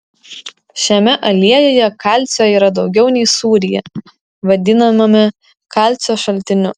šiame aliejuje kalcio yra daugiau nei sūryje vadinamame kalcio šaltiniu